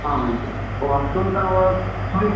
ہاں ہاں جی سن کر وہ سن